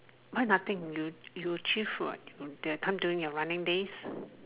why nothing you you achieve what that time during your running days